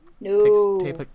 No